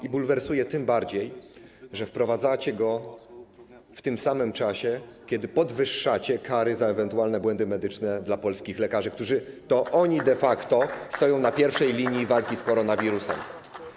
I bulwersuje tym bardziej, że wprowadzacie go w tym samym czasie, kiedy podwyższacie kary za ewentualne błędy medyczne dla polskich lekarzy, którzy de facto stoją na pierwszej linii walki z koronawirusem.